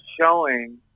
showing